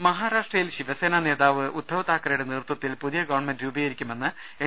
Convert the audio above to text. രദ്ദേഷ്ടങ മഹാരാഷ്ട്രയിൽ ശിവസേനാ നേതാവ് ഉദ്ധവ് താക്കറെയുടെ നേതൃത്വ ത്തിൽ പുതിയ ഗവൺമെന്റ് രൂപീകരിക്കുമെന്ന് എൻ